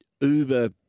uber